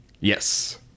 Yes